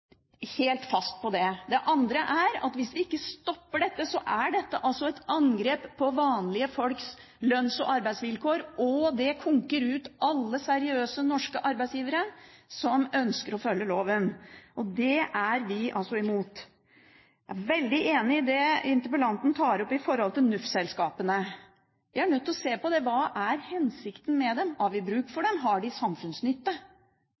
arbeidsvilkår. Det konkurrerer ut alle seriøse norske arbeidsgivere som ønsker å følge loven. Det er vi imot. Jeg er veldig enig i det interpellanten tar opp når det gjelder NUF-selskapene. Vi er nødt til å se på det. Hva er hensikten med dem? Har vi bruk for